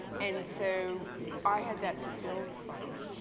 and so i had that to build from.